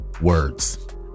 words